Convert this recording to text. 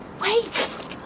Wait